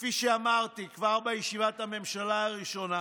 כפי שאמרתי, כבר בישיבת הממשלה הראשונה